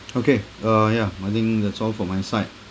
okay uh yeah I think that's all for my side